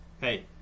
hey